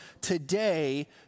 today